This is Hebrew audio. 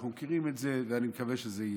אנחנו מכירים את זה, ואני מקווה שזה יהיה.